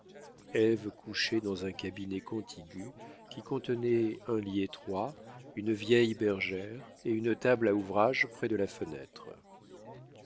ève couchait dans un cabinet contigu qui contenait un lit étroit une vieille bergère et une table à ouvrage près de la fenêtre